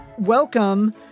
welcome